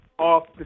off